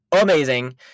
amazing